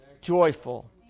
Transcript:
joyful